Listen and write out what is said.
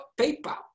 PayPal